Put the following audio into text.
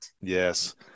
Yes